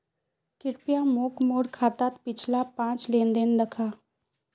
कृप्या मोक मोर खातात पिछला पाँच लेन देन दखा